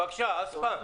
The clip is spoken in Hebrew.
בבקשה, אל-ספאם.